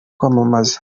kwamamaza